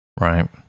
Right